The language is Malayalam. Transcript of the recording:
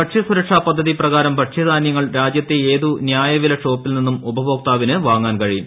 ഭക്ഷിപ്പസ്തുരക്ഷ പദ്ധതി പ്രകാരം ഭക്ഷ്യധാനൃങ്ങൾ രാജ്യത്തെ ീഏതു ന്യായ വില ഷോപ്പിൽ നിന്നും ഉപഭോക്താവിന്റ് വാങ്ങാൻ കഴിയും